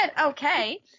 Okay